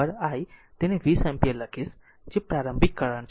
આમ I0 I તેને 20 ampere લખીશ જે પ્રારંભિક કરંટ છે